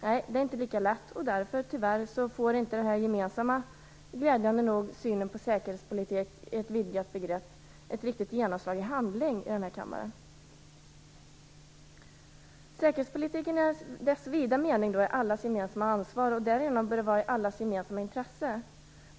Nej, det är inte lika lätt, och därför får tyvärr inte vår glädjande nog gemensamma syn på säkerhetspolitik som ett vidgat begrepp något riktigt genomslag i handling i den här kammaren. Säkerhetspolitiken i dess vida mening är allas gemensamma ansvar, och därigenom bör den vara i allas gemensamma intresse.